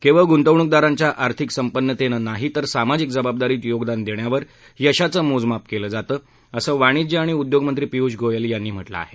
केवळ गुंतवणूकदारांच्या आर्थिक संपन्नतेनं नाही तर सामाजिक जबाबदारीत योगदान देण्यावर यशाचं मोजमाप केलं जातं असं वाणिज्य आणि उद्योगमंत्री पियूष गोयल यांनी म्हटलं आहे